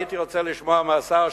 הייתי רוצה לשמוע מהשר,